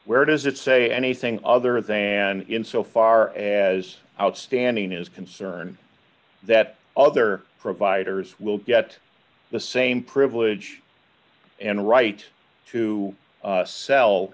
where does it say anything other than in so far as outstanding is concerned that other providers will get the same privilege and right to sell